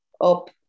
up